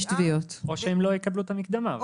תביעה --- או שהם לא יקבלו את המקדמה,